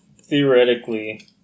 theoretically